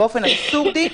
באופן אבסורדי,